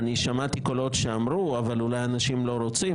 אני שמעתי קולות שאמרו: אבל אולי אנשים לא רוצים,